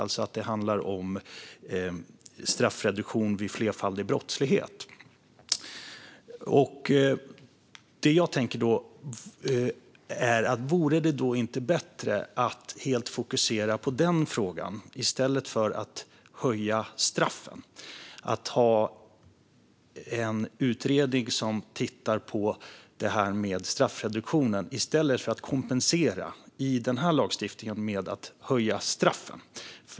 Det handlar alltså om straffreduktion vid flerfaldig brottslighet. Vore det inte bättre om man helt fokuserar på den frågan i stället för att höja straffen och att man har en utredning som tittar på straffreduktionen i stället för att kompensera i denna lagstiftning genom att höja straffen?